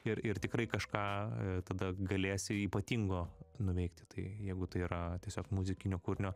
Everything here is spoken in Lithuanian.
ir ir tikrai kažką tada galėsi ypatingo nuveikti tai jeigu tai yra tiesiog muzikinio kūrinio